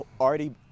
already